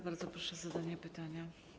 Bardzo proszę o zadanie pytania.